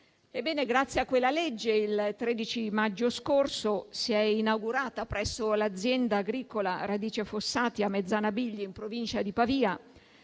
grazie a quella legge, il 13 maggio scorso si è inaugurata presso l'azienda agricola Radice Fossati a Mezzana Bigli, in provincia di Pavia,